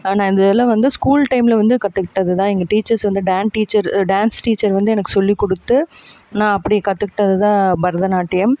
ஆனால் இந்த இது எல்லாம் வந்து ஸ்கூல் டைமில் வந்து கற்றுக்கிட்டது தான் எங்கள் டீச்சர்ஸ் வந்து டான்ஸ் டீச்சர் டான்ஸ் டீச்சர் வந்து எனக்கு சொல்லிக் கொடுத்து நான் அப்படி கற்றுக்கிட்டது தான் பரதநாட்டியம்